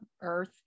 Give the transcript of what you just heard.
earth